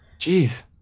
Jeez